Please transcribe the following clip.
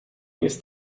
ist